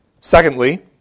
Secondly